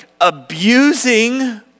abusing